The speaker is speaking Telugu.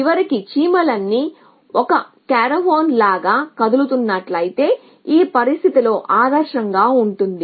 చివరికి చీమలన్నీ 1 కారవాన్ లాగా కదులుతున్నట్లయితే ఈ పరిస్థితిలో ఆదర్శంగా ఉంటుంది